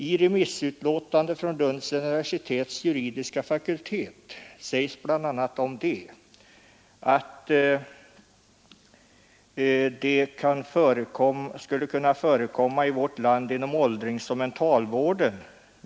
I remissyttrandet från Lunds universitets juridiska fakultet pekar man bl.a. på att motionären framhåller att detta skulle kunna förekomma i vårt land inom åldringsoch mentalvården.